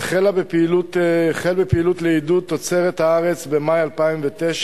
החל בפעילות לעידוד תוצרת הארץ במאי 2009,